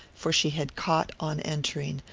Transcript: for she had caught, on entering,